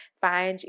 find